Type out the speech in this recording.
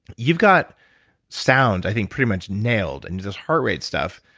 you've got sound i think pretty much nailed into this heart rate stuff,